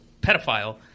pedophile